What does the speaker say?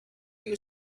you